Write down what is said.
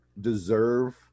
deserve